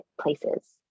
places